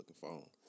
phone